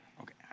okay